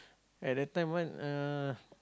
at that time one uh